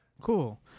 Cool